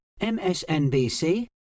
MSNBC